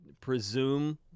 presume